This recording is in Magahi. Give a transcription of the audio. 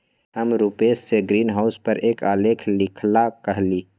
हम रूपेश से ग्रीनहाउस पर एक आलेख लिखेला कहली